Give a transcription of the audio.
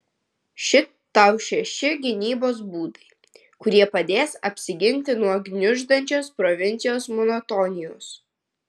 šit tau šeši gynybos būdai kurie padės apsiginti nuo gniuždančios provincijos monotonijos